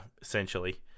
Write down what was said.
essentially